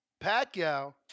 Pacquiao